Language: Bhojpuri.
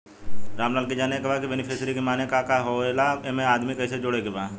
रामलाल के जाने के बा की बेनिफिसरी के माने का का होए ला एमे आदमी कैसे जोड़े के बा?